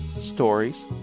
stories